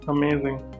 Amazing